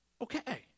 Okay